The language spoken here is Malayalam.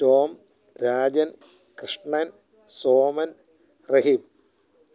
ടോം രാജൻ കൃഷ്ണൻ സോമൻ റഹീം